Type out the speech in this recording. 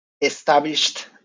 established